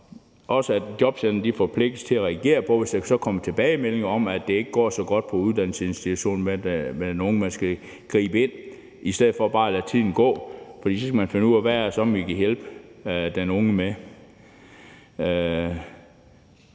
i det. Jobcentrene forpligtes også til at reagere på det, hvis der kommer tilbagemeldinger om, at det ikke går så godt for den unge på uddannelsesinstitutionen, og gribe ind i stedet for bare at lade tiden gå, for så skal man finde ud af, hvad det så er, man kan hjælpe den unge med.